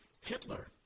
Hitler